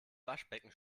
waschbecken